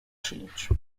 czynić